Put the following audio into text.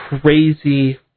crazy